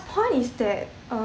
point is that uh